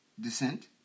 descent